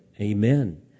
Amen